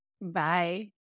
bye